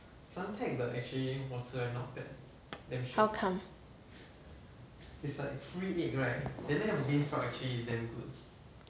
how come